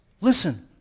listen